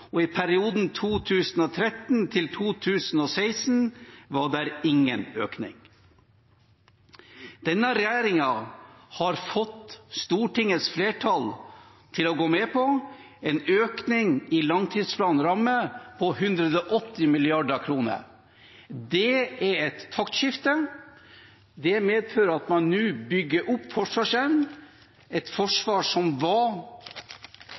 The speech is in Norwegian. og i perioden 2013–2016 var det ingen økning. Denne regjeringen har fått Stortingets flertall til å gå med på en økning i langtidsplanens ramme på 180 mrd. kr. Det er et taktskifte. Det medfører at man nå bygger opp forsvarsevnen – et forsvar som var